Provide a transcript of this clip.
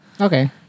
Okay